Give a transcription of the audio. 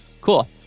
cool